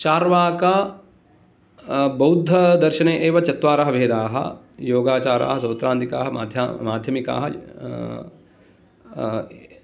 चार्वाकबौद्धदर्शने एव चत्वारः भेदाः योगाचारः सौत्रान्तिकाः माध्यमिकाः